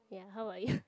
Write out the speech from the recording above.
ya how are you